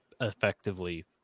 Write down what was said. effectively